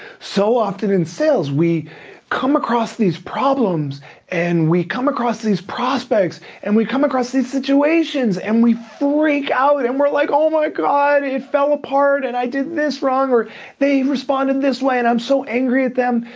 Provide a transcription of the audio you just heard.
so often in sales we come across these problems and we come across these prospects and we come across these situations and we freak out and we're like oh my god, it fell apart and i did this wrong, or they responded this way and i'm so angry at them.